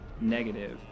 negative